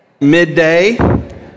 midday